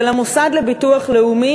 של המוסד לביטוח לאומי,